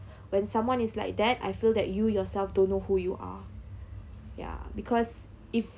when someone is like that I feel that you yourself don't know who you are ya because if